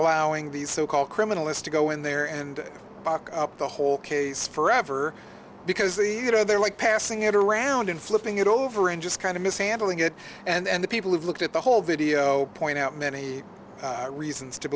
allowing these so called criminalist to go in there and buck up the whole case forever because the you know they're like passing it around and flipping it over and just kind of mishandling it and the people who've looked at the whole video point out many reasons to